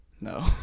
no